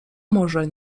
może